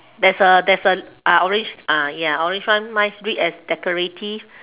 there's a there's a uh orange ah ya orange one mine read as decorative